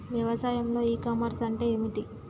వ్యవసాయంలో e commerce అంటే ఏమిటి?